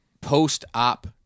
post-op